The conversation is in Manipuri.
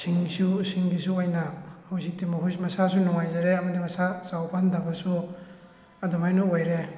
ꯁꯤꯡꯁꯨ ꯁꯤꯡꯒꯤꯁꯨ ꯑꯣꯏꯅ ꯍꯧꯖꯤꯛꯇꯤ ꯃꯈꯣꯏꯁꯨ ꯃꯁꯥꯁꯨ ꯅꯨꯡꯉꯥꯏꯖꯔꯦ ꯑꯃꯗꯤ ꯃꯁꯥ ꯆꯥꯎꯕ ꯍꯟꯊꯕꯁꯨ ꯑꯗꯨꯃꯥꯏꯅ ꯑꯣꯏꯔꯦ